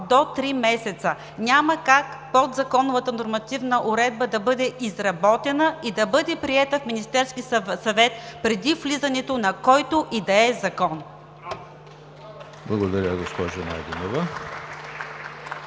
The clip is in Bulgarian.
до три месеца. Няма как подзаконовата нормативна уредба да бъде изработена и да бъде приета в Министерския съвет, преди влизането на който и да е закон. (Възгласи: „Браво!“